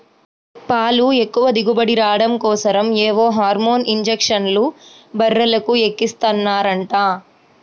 పాలు ఎక్కువ దిగుబడి రాడం కోసరం ఏవో హార్మోన్ ఇంజక్షన్లు బర్రెలకు ఎక్కిస్తన్నారంట